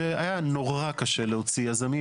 שהיה נורא קשה להוציא יזמים.